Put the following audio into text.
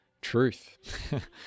truth